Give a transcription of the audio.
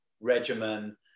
regimen